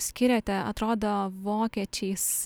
skyrėte atrodo vokiečiais